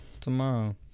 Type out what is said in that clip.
tomorrow